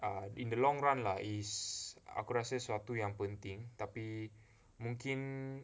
err in the long run lah is aku rasa suatu yang penting tapi mungkin